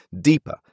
deeper